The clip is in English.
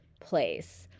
place